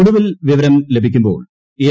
ഒടുവിൽ വിവരം ലഭിക്കുമ്പോൾ എൽ